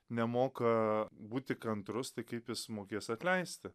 nemoka būti kantrus tai kaip jis mokės atleisti